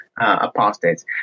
apostates